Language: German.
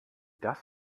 das